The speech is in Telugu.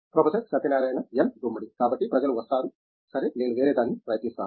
ప్రొఫెసర్ సత్యనారాయణ ఎన్ గుమ్మడి కాబట్టి ప్రజలు వస్తారు సరే నేను వేరేదాన్ని ప్రయత్నిస్తాను